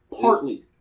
Partly